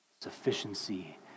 sufficiency